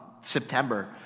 September